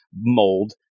mold